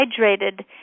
hydrated